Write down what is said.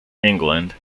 england